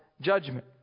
judgment